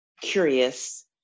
curious